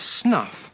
snuff